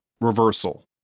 reversal